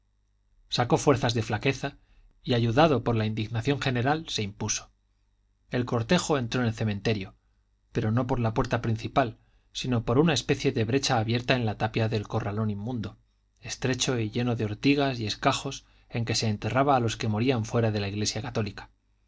sacó fuerzas de flaqueza y ayudado por la indignación general se impuso el cortejo entró en el cementerio pero no por la puerta principal sino por una especie de brecha abierta en la tapia del corralón inmundo estrecho y lleno de ortigas y escajos en que se enterraba a los que morían fuera de la iglesia católica